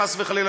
חס וחלילה,